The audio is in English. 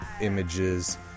images